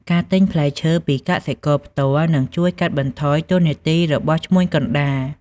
ការទិញផ្លែឈើពីកសិករផ្ទាល់នឹងជួយកាត់បន្ថយតួនាទីរបស់ឈ្មួញកណ្តាល។